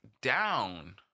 down